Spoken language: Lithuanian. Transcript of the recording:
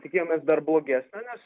tikėjomės dar blogesnio nes